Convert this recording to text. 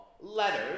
letters